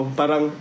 parang